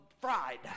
fried